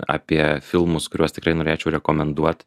apie filmus kuriuos tikrai norėčiau rekomenduot